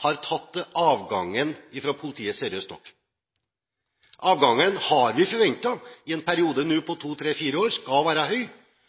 har tatt avgangen fra politiet seriøst nok. Vi har forventet at avgangen i en periode på to, tre, fire år skulle være høy,